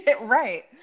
Right